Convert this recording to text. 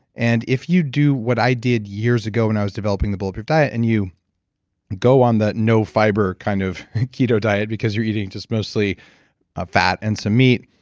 and if you do what i did years ago when i was developing the bulletproof diet and you go on that no fiber kind of keto diet because you're eating just mostly fat and some meat,